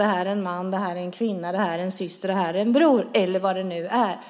Det här är en man. Det här är en kvinna. Det här är en syster. Det här är en bror" eller vad det nu är?